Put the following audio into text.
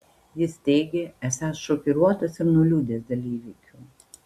jis teigė esąs šokiruotas ir nuliūdęs dėl įvykių